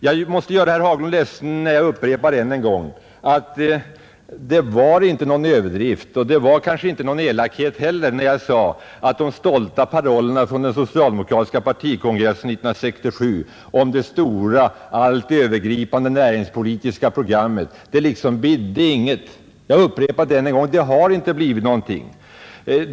Jag måste göra herr Haglund ledsen när jag upprepar att det inte var någon överdrift och kanske inte någon elakhet heller när jag sade att de stolta parollerna från den socialdemokratiska partikongressen 1967 om det stora allt övergripande näringspolitiska programmet liksom ”bidde inget”. Jag upprepar än en gång att det inte blivit någonting.